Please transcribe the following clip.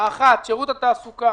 אחת, שירות התעסוקה